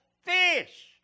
fish